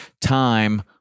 time